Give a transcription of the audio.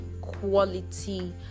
quality